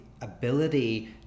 ability